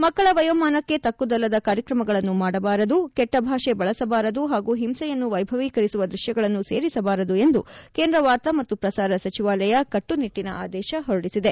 ಮಕ್ಕಳ ವಯೋಮಾನಕ್ಕೆ ತಕ್ಕುದಲ್ಲದ ಕಾರ್ಯಕ್ರಮಗಳನ್ನು ಮಾಡಬಾರದು ಕೆಟ್ವ ಭಾಷೆ ಬಳಸಬಾರದು ಹಾಗೂ ಹಿಂಸೆಯನ್ನು ವೈಭವೀಕರಿಸುವ ದೃಶ್ಯಗಳನ್ನು ಸೇರಿಸಬಾರದು ಎಂದು ಕೇಂದ್ರ ವಾರ್ತಾ ಮತ್ತು ಪ್ರಸಾರ ಸಚಿವಾಲಯ ಕಟ್ಟುನಿಟ್ಟಿನ ಆದೇಶ ಹೊರಡಿಸಿದೆ